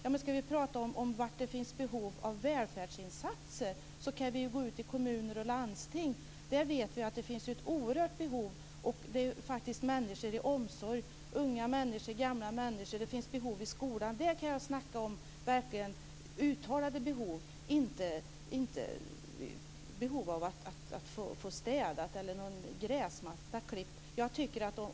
Vill vi veta var det finns behov av välfärdsinsatser kan vi se på kommuner och landsting. Vi vet att det finns ett oerhört behov där. Där finns människor i omsorg - unga människor, gamla människor - och det finns behov i skolan. Där kan man snacka om verkligt uttalade behov! Det handlar inte om behov av att få städat eller att få gräsmattan klippt.